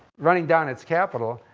running down its capital,